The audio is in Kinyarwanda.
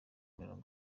mirongo